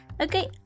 Okay